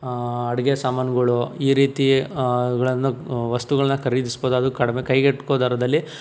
ಅಡುಗೆ ಸಮಾನುಗಳು ಈ ರೀತಿ ಗಳನ್ನು ವಸ್ತುಗಳನ್ನ ಖರೀದಿಸ್ಬೋದಾದ್ರೂ ಕಡಿಮೆ ಕೈಗೆಟುಕೋ ದರದಲ್ಲಿ